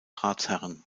ratsherren